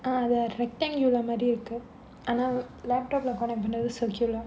uh rectangular மாறி இருக்கு ஆனா:maaari irukku aanaa laptop connect பண்றது:pandradhu circular